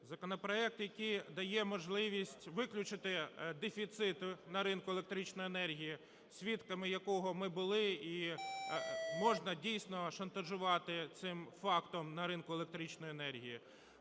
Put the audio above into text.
Законопроект, який дає можливість виключити дефіцит на ринку електричної енергії, свідками якого ми були. І можна дійсно шантажувати цим фактом на ринку електричної енергії.